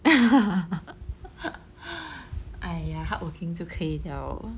!aiya! hardworking 就可以 liao